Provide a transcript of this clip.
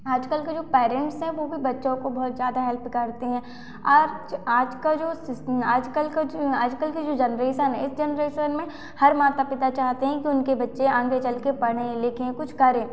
आजकल के जो पेरेंट्स है वह भी बच्चों को बहुत ज़्यादा हेल्प करते हैं आज आजकल के आजकल के जो जनरेशन है इस जनरेशन में हर माता पिता चाहते हैं कि उनके बच्चे आगे चलकर पढ़े लिखे कुछ करें